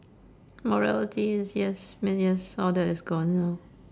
moralities yes man yes all that is gone now